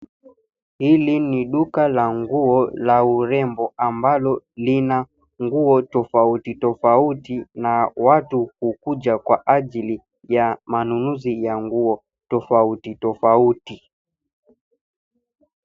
Hili ni duka la nguo la urembo ambalo lina nguo tofautitofauti na watu hukuja kwa ajili ya manunuzi ya nguo tofautitofauti.